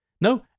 No